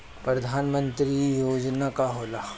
परधान मंतरी योजना का होला?